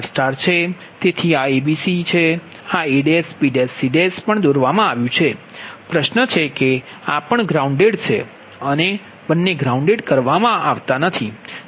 તેથી આ a b c છે આ abc પણ દોરવામાં આવ્યુ છે પ્રશ્ન છે કે આ પણ ગ્રાઉન્ડેડ છે બંને ગ્રાઉન્ડેડ આવે છે